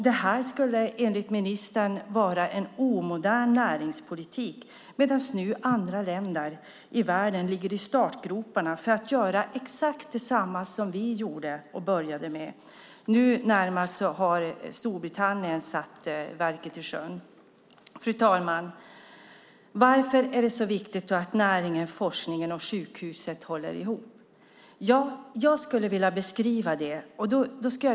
Detta skulle enligt ministern vara en omodern näringspolitik, men nu ligger andra länder i världen i startgroparna för att göra exakt detsamma som vi började med och gjorde. Nu senast har Storbritannien "satt verket i sjön". Fru talman! Varför är det då så viktigt att näringen, forskningen och sjukhusen håller ihop? Jag skulle vilja beskriva det.